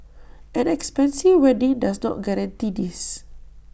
an expensive wedding does not guarantee this